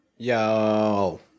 Yo